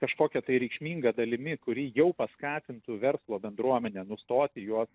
kažkokia tai reikšminga dalimi kuri jau paskatintų verslo bendruomenę nustoti juos